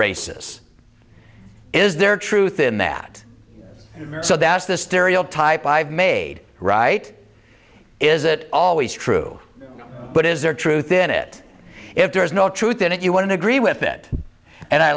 races is there truth in that so that's the stereotype i've made right is it always true but is there truth in it if there is no truth in it you wouldn't agree with it and i